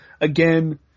Again